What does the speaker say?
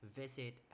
visit